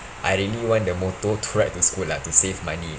I really want the motor to ride to school lah to save money